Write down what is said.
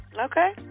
Okay